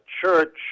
church